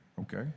okay